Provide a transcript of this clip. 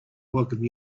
welcome